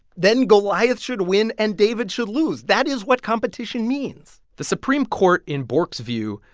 then goliath should win and david should lose. that is what competition means the supreme court, in bork's view,